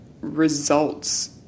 results